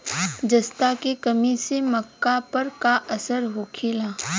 जस्ता के कमी से मक्का पर का असर होखेला?